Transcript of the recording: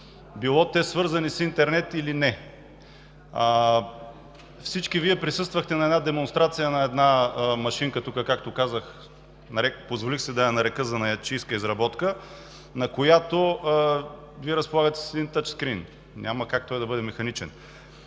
било те свързани с интернет или не. Всички Вие присъствахте на демонстрация на една машинка, позволих си да я нарека занаятчийска изработка, на която Вие разполагате с един тъчскрийн. Няма как той да бъде механичен.